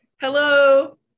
Hello